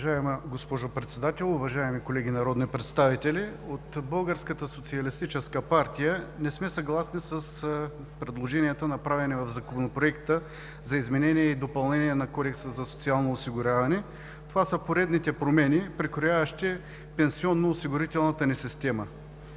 Уважаема госпожо Председател, уважаеми колеги народни представители! От Българската социалистическа партия не сме съгласни за предложенията, направени в Законопроекта за изменение и допълнение на Кодекса за социално осигуряване. Това са поредните промени, прекрояващи пенсионно-осигурителната ни система.